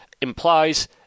implies